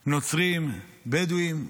נוצרים, בדואים.